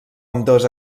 ambdós